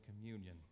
communion